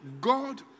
God